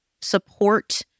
support